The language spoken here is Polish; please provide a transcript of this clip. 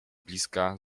bliska